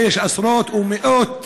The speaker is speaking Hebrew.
הרי יש עשרות ומאות